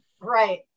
Right